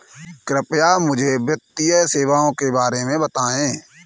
कृपया मुझे वित्तीय सेवाओं के बारे में बताएँ?